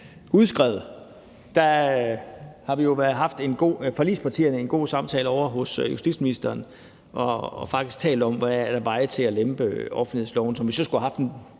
i forligspartierne haft en god samtale ovre hos justitsministeren og faktisk talt om, hvad der er af veje til at lempe offentlighedsloven – hvilket vi så skulle have haft